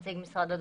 נציג משרד הדתות.